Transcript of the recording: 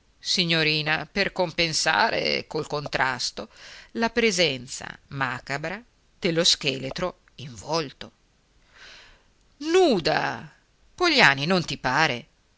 signorina per compensare col contrasto la presenza macabra dello scheletro involto nuda pogliani non ti pare